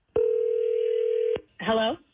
Hello